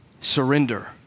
surrender